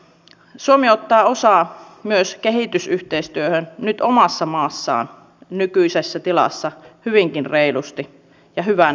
suomi ottaa osaa myös kehitysyhteistyöhön nyt omassa maassaan nykyisessä tilassa hyvinkin reilusti ja hyvä niin